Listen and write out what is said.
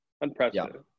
Unprecedented